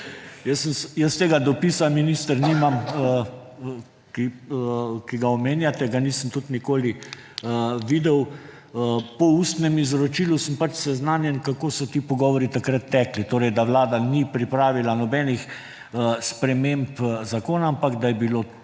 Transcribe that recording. Jaz tega dopisa, minister, nimam, ki ga omenjate, ga nisem tudi nikoli videl. Po ustnem izročilu sem pač seznanjen, kako so ti pogovori takrat tekli; torej, da vlada ni pripravila nobenih sprememb zakona, ampak da je bilo